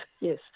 yes